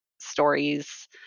stories